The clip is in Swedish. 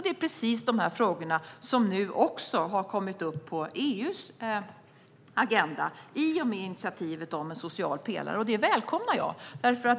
Det är precis de här frågorna som nu också har kommit upp på EU:s agenda i och med initiativet om en social pelare, och det välkomnar jag.